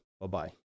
Bye-bye